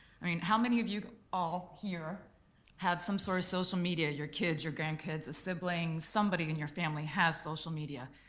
i mean how many of you all here have some sort of social media your kids, your grandkids, your siblings, somebody in your family has social media.